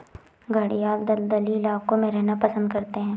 घड़ियाल दलदली इलाकों में रहना पसंद करते हैं